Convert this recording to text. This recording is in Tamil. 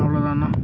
அவ்வளோதாண்ணா